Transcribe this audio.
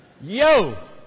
Yo